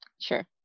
Sure